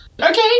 okay